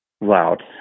loud